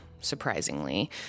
surprisingly